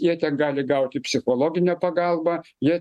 jie ten gali gauti psichologinę pagalbą jie